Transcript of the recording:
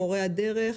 מורי הדרך,